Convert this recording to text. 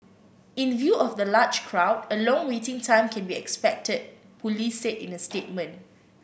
in view of the large crowd a long waiting time can be expected police said in a statement